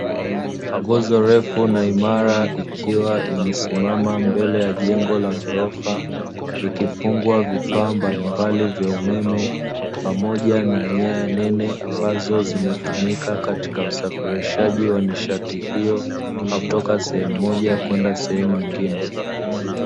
Nguzo refu na imara ikiwa imesimama mbele ya jengo la ghorofa ikifungwa vifaa mbalimbali vya umeme pamoja na nyaya nene, ambazo zinatumika katika usafirishaji wa nishati hiyo kutoka sehemu moja kwenda sehemu nyingine.